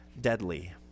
deadly